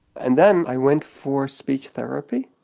and then, i went for speech therapy,